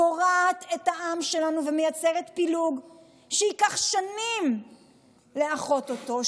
קורעת את העם שלנו ומייצרת פילוג שייקח שנים לאחות אותו.